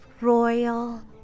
Royal